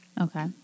Okay